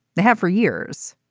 they have for years.